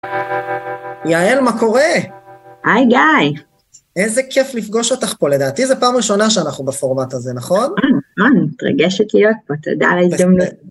יעל מה קורה? היי גיא! איזה כיף לפגוש אותך פה לדעתי. זו פעם ראשונה שאנחנו בפורמט הזה נכון? נכון, נכון, מתרגשת להיות פה תודה על ההזדמנות.